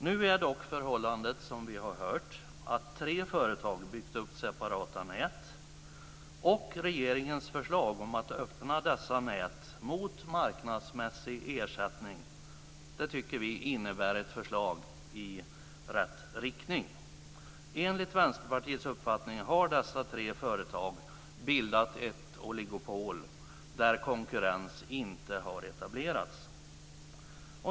Nu är dock förhållandet, som vi har hört, att tre företag har byggt upp separata nät, och regeringens förslag om att öppna dessa nät mot marknadsmässig ersättning tycker vi är ett förslag i rätt riktning. Enligt Vänsterpartiets uppfattning har dessa tre företag bildat ett oligopol där konkurrens inte har etablerats.